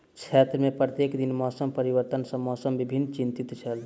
क्षेत्र में प्रत्येक दिन मौसम परिवर्तन सॅ मौसम विभाग चिंतित छल